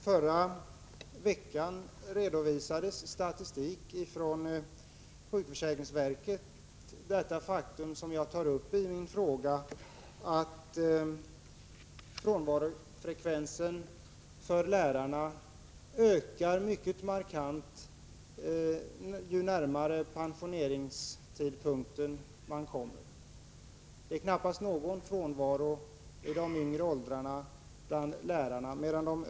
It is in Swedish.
Herr talman! I förra veckan redovisades statistik ifrån riksförsäkringsverket om detta. Jag har i min fråga tagit upp att frånvarofrekvensen för lärarna ökar mycket markant ju närmare pensioneringstidpunkten de kommer, medan det knappast är någon frånvaro i de yngre åldrarna.